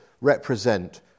represent